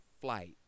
flight